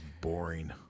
boring